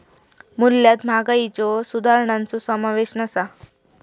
मूल्यात महागाईच्यो सुधारणांचो समावेश नसा